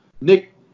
Nick